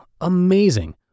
amazing